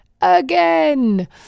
again